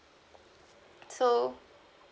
so